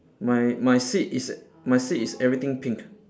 my my seat is my seat is everything pink